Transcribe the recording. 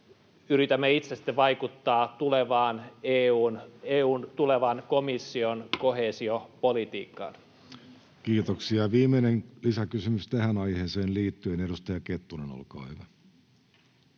yritämme itse sitten vaikuttaa EU:n tulevan komission koheesiopolitiikkaan. Kiitoksia. — Viimeinen lisäkysymys tähän aiheeseen liittyen. — Edustaja Kettunen, olkaa hyvä.